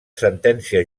sentència